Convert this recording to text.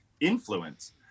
influence